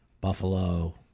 Buffalo